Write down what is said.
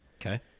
Okay